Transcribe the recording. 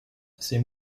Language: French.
c’est